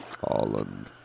Holland